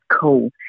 cool